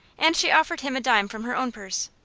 and she offered him a dime from her own purse.